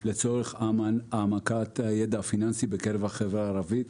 בשנה האחרונה לצורך העמקת הידע הפיננסי בקרב החברה הערבית,